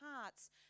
hearts